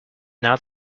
not